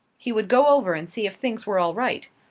he would go over and see if things were all right.